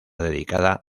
dedicada